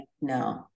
no